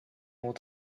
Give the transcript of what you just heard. more